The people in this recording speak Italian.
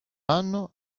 anno